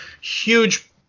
huge